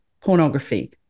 pornography